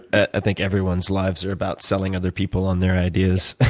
ah i think everyone's lives are about selling other people on their ideas.